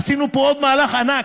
עשינו פה עוד מהלך ענק,